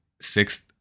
sixth